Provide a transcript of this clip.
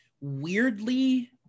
Weirdly